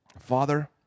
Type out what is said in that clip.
Father